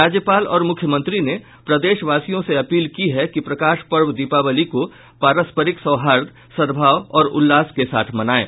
राज्यपाल और मुख्यमंत्री ने प्रदेशवासियों से अपील की है कि प्रकाश पर्व दीपावली को पारस्परिक सौहार्द्र सद्भाव और उल्लास के साथ मनाएं